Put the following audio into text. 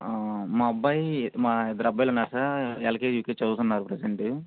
మా అబ్బాయి మా ఇద్దరబ్బాయిలున్నారు సార్ ఎల్కేజీ యుకేజీ చదవుతున్నారు ప్రెజెంటు